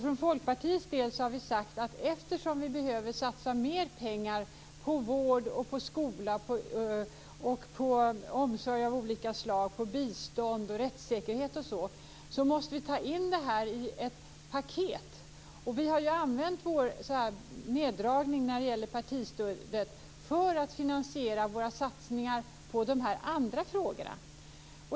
Från Folkpartiet har vi sagt att eftersom vi behöver satsa mer pengar på vård, skola och omsorg av olika slag samt på bistånd och rättssäkerhet måste vi ta in detta i ett paket. Och vi har använt vår neddragning av partistödet för att finansiera våra satsningar på dessa andra frågor.